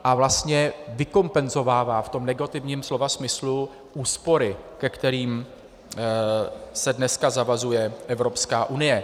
A vlastně vykompenzovává v tom negativním slova smyslu úspory, ke kterým se dneska zavazuje Evropská unie.